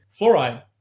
fluoride